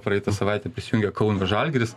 praeitą savaitę prisijungė kauno žalgiris